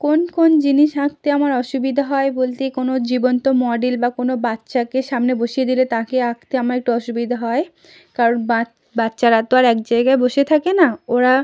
কোন কোন জিনিস আঁকতে আমার অসুবিধা হয় বলতে কোনো জীবন্ত মডেল বা কোনো বাচ্চাকে সামনে বসিয়ে দিলে তাকে আঁকতে আমার একটু অসুবিধা হয় কারণ বাচ্চারা তো আর এক জায়গায় বসে থাকে না ওরা